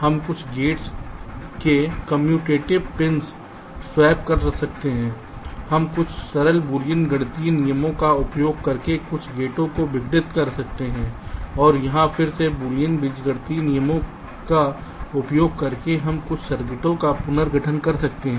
हम कुछ गेट्स के कम्यूटेटिव पिन स्वैप कर सकते हैं हम कुछ सरल बुलियन बीजगणित नियमों का उपयोग करके कुछ गेटों को विघटित कर सकते हैं और यहाँ फिर से बूलियन बीजगणित नियमों का उपयोग करके हम कुछ सर्किटों का पुनर्गठन कर सकते हैं